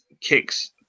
kicks